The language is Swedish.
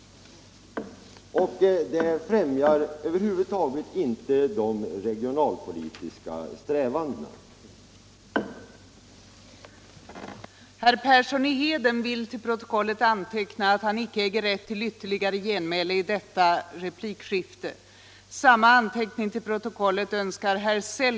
Det främjar över huvud taget inte de regionalpolitiska strävandena att utveckla näringslivet och därmed sysselsättningen i stödområdet.